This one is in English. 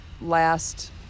last